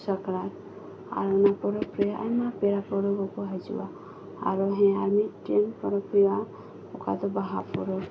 ᱥᱟᱠᱨᱟᱛ ᱟᱨ ᱚᱱᱟ ᱯᱚᱨᱚᱵᱽ ᱨᱮ ᱟᱭᱢᱟ ᱯᱮᱲᱟ ᱯᱟᱹᱲᱦᱟᱹ ᱠᱚ ᱦᱤᱡᱩᱜᱼᱟ ᱟᱨ ᱦᱮᱸ ᱟᱨ ᱢᱤᱫᱴᱮᱱ ᱯᱚᱨᱚᱵᱽ ᱦᱩᱭᱩᱜᱼᱟ ᱚᱠᱟᱫᱚ ᱵᱟᱦᱟ ᱯᱚᱨᱚᱵᱽ